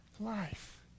life